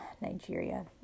Nigeria